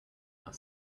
are